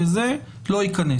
לא ייכנס.